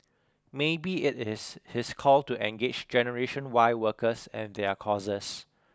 maybe it is his call to engage generation Y workers and their causes